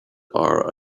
are